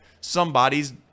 somebody's